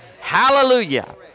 Hallelujah